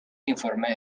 informe